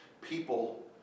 people